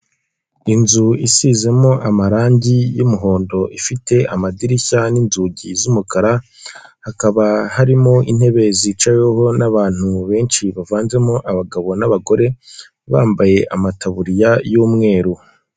Inzu isizemo amarangi y'umuhondo ifite amadirishya n'inzugi z'umukara; hakaba harimo intebe zicaweho n'abantu benshi bavanzemo abagabo n'abagore bambaye amataburiya y'umweru.